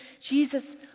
Jesus